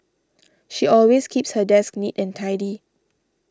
she always keeps her desk neat and tidy